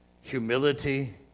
humility